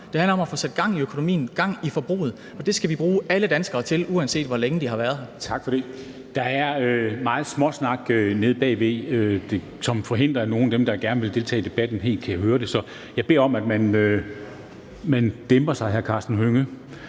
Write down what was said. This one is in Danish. Det handler om at få sat gang i økonomien, gang i forbruget, og det skal vi bruge alle danskere til, uanset hvor længe de har været her. Kl. 10:26 Formanden (Henrik Dam Kristensen): Tak for det. Der er meget småsnak nede bagved, som forhindrer nogle af dem, der gerne vil deltage i debatten, helt at høre den, så jeg beder om, at man dæmper sig, hr. Karsten Hønge.